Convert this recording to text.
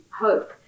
hope